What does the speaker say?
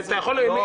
------ רגע,